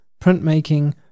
printmaking